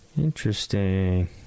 Interesting